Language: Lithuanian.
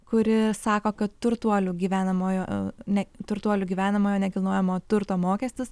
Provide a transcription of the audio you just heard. kuri sako kad turtuolių gyvenamojo ne turtuolių gyvenamojo nekilnojamo turto mokestis